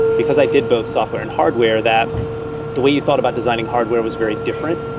because i did both software and hardware, that the way you thought about designing hardware was very different,